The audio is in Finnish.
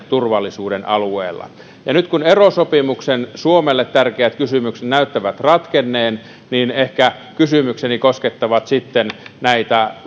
turvallisuuden alueella ja kun erosopimuksen suomelle tärkeät kysymykset näyttävät nyt ratkenneen ehkä kysymykseni koskettavat sitten näitä